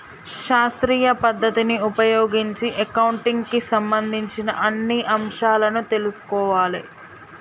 శాస్త్రీయ పద్ధతిని ఉపయోగించి అకౌంటింగ్ కి సంబంధించిన అన్ని అంశాలను తెల్సుకోవాలే